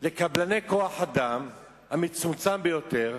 לקבלני כוח-האדם, המצומצם ביותר,